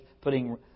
putting